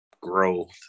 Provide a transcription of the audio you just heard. growth